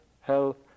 health